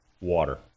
water